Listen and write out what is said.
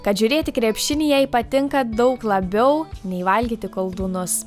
kad žiūrėti krepšinį jai patinka daug labiau nei valgyti koldūnus